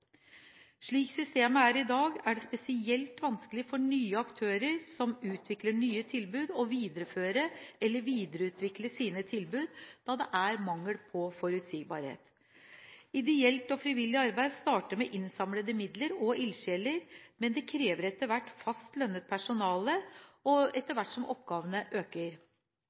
Slik systemet er i dag, er det spesielt vanskelig for nye aktører som utvikler nye tilbud, å videreføre eller videreutvikle sine tilbud når forutsigbarheten mangler. Ideelt og frivillig arbeid starter med innsamlede midler og ildsjeler, men det krever fast lønnet personale etter hvert som oppgavene øker.